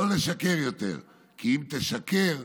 לא לשקר יותר, כי אם תשקר,